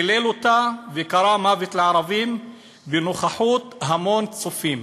הוא קילל אותה וקרא "מוות לערבים" בנוכחות המון צופים